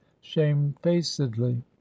shamefacedly